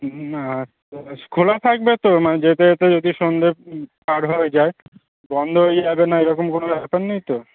না খোলা থাকবে তো মানে যেতে যেতে যদি সন্ধে পার হয়ে যায় বন্ধ হয়ে যাবে না এরকম কোনো ব্যাপার নেই তো